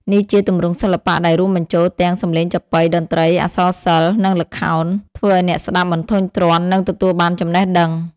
នេះជាទម្រង់សិល្បៈដែលរួមបញ្ចូលទាំង សំឡេងចាបុី តន្ត្រី អក្សរសិល្ប៍ និងល្ខោន ធ្វើឱ្យអ្នកស្តាប់មិនធុញទ្រាន់ និងទទួលបានចំណេះដឹង។